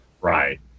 right